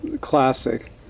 classic